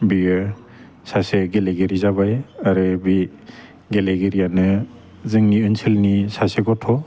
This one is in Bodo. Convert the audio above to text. बियो सासे गेलेगिरि जाबाय आरो बि गेलेगिरियानो जोंनि ओनसोलनि सासे गथ'